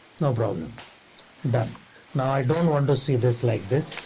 no problem done now. i don't want to see this like this.